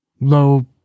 low